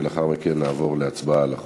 ולאחר מכן נעבור להצבעה על החוק.